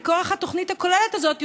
מכורח התוכנית הכוללת הזאת,